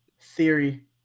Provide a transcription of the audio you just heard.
theory